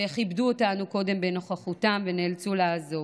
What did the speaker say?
שכיבדו אותנו קודם בנוכחותם ונאלצו לעזוב: